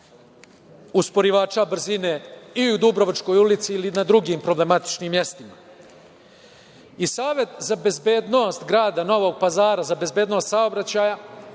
usporivača brzine i u Dubrovačkoj ulici ili na drugim problematičnim mestima. Savet za bezbednost grada Novog Pazara za bezbednost saobraćaja